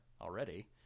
already